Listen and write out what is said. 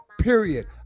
period